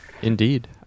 Indeed